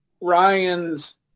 Ryan's